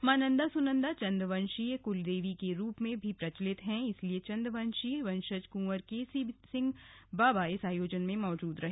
मां नन्दा सुनन्दा चंद वंशीय कुलदेवी के रूप में भी प्रचलित हैं इसलिए चंदवंशीय वंशज कुंवर केसी सिंह बाबा इस आयोजन में मौजूद रहे